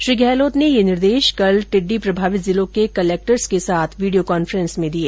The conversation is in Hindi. श्री गहलोत ने यह निर्देश कल टिड्डी प्रणावित जिलों के कलेक्टर्स के साथ वीडियो कॉन्फ्रेंस में दिए